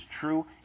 true